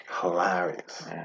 Hilarious